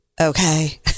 Okay